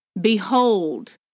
Behold